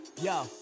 Yo